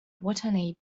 watanabe